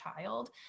child